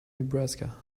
nebraska